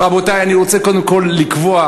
רבותי, אני רוצה קודם כול לקבוע: